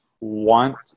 want